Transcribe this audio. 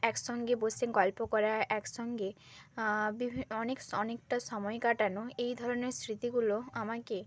একসঙ্গে বসে গল্প করা একসঙ্গে বিভি অনেক স অনেকটা সময় কাটানো এই ধরনের স্মৃতিগুলো আমাকে